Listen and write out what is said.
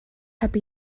heb